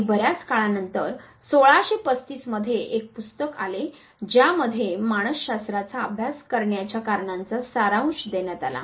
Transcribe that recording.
आणि बर्याच काळा नंतर 1635 मध्ये एक पुस्तक आले ज्यामध्ये मानस शास्त्राचा अभ्यास करण्याच्या कारणांचा सारांश देण्यात आला